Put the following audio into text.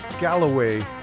Galloway